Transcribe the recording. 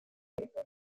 american